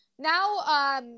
Now